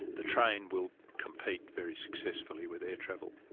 the train will compete very successfully with air travel.